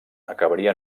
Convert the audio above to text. acabaria